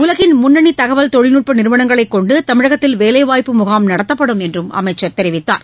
உலகின் முன்னணி தகவல் தொழில்நுட்ப நிறுவனங்களை கொண்டு தமிழகத்தில் வேலைவாய்ப்பு முகாம் நடத்தப்படும் என்றும் அமைச்சர் தெரிவித்தார்